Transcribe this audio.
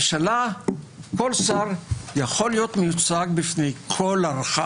כל שר יכול להיות מיוצג בפני כל ערכאה.